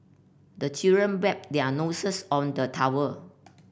the children wipe their noses on the towel